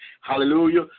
hallelujah